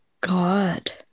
God